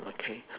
okay